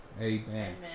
Amen